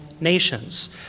nations